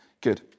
Good